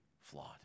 flawed